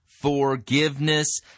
forgiveness